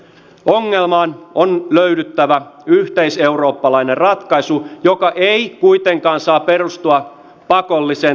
ongelmaan on löydyttävä yhteiseurooppalainen ratkaisu joka ei kuitenkaan saa perustua pakolliseen taakanjakoon